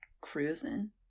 cruising